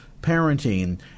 parenting